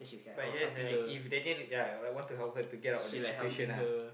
but yes uh if Daniel ya like want to help her to get out of the situation lah